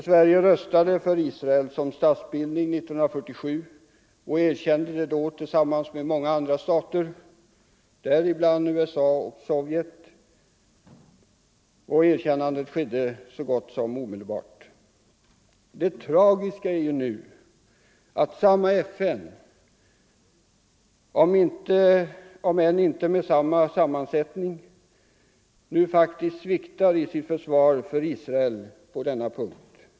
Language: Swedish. Sverige röstade för Israel som statsbildning 1947 och erkände det tillsammans med många andra stater, däribland USA och Sovjet, så gott som omedelbart. Det tragiska är nu att samma FN, om än inte med samma sammansättning, sviktar i sitt försvar för Israel på denna punkt.